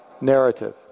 narrative